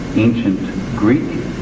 ancient greek,